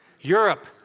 Europe